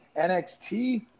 nxt